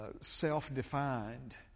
self-defined